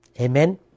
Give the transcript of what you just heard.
Amen